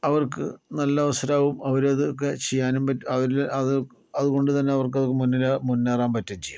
അവർക്ക് നല്ല അവസരാവും അവരത് ഒക്കെ ചെയ്യാനും പറ്റും അവരത് അത് അതുകൊണ്ട് തന്നെ അവർക്കത് മൂന്നിലാവാൻ മുന്നേറാൻ പറ്റുകയും ചെയ്യും